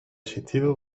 existido